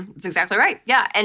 that's exactly right, yeah. and